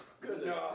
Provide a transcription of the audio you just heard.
Goodness